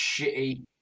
shitty